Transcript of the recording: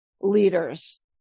leaders